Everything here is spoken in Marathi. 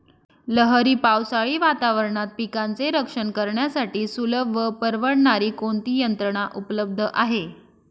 लहरी पावसाळी वातावरणात पिकांचे रक्षण करण्यासाठी सुलभ व परवडणारी कोणती यंत्रणा उपलब्ध आहे?